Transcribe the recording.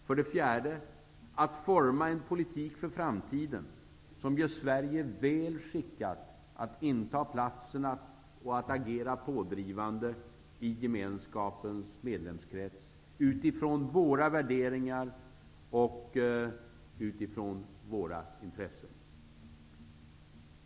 För det fjärde skall vi forma en politik för framtiden som gör Sverige väl skickat att inta platserna och att agera pådrivande i gemenskapens medlemskrets utifrån våra värderingar och utifrån våra intressen.